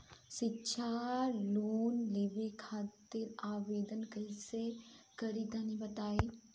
शिक्षा लोन लेवे खातिर आवेदन कइसे करि तनि बताई?